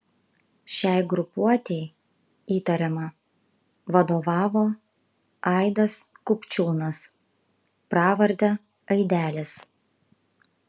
šiai grupuotei įtariama vadovavo aidas kupčiūnas pravarde aidelis